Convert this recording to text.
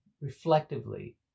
reflectively